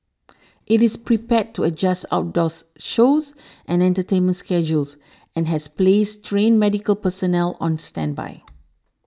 it is prepared to adjust outdoors shows and entertainment schedules and has placed trained medical personnel on standby